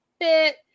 fit